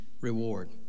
reward